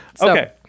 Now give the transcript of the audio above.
Okay